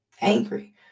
angry